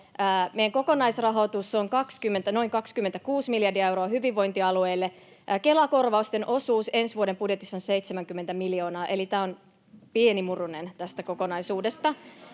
hyvinvointialueille on noin 26 miljardia euroa, ja Kela-korvausten osuus ensi vuoden budjetissa on 70 miljoonaa, eli tämä on pieni murunen tästä kokonaisuudesta.